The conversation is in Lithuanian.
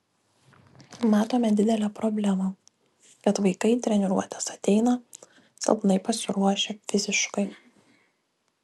matome didelę problemą kad vaikai į treniruotes ateina silpnai pasiruošę fiziškai